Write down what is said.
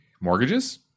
mortgages